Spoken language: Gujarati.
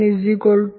C